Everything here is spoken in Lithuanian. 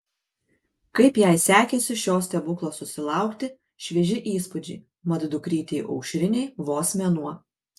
kaip jai sekėsi šio stebuklo susilaukti švieži įspūdžiai mat dukrytei aušrinei vos mėnuo